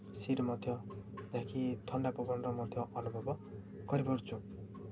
ସି'ର ମଧ୍ୟ ଯାହାକି ଥଣ୍ଡା ପବନର ମଧ୍ୟ ଅନୁଭବ କରି ପାରୁଛୁ